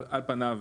על פניו,